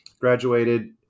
graduated